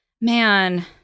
man